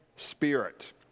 spirit